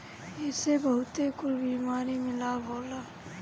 एसे बहुते कुल बीमारी में लाभ होला